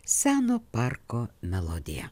seno parko melodiją